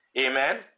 amen